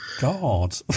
God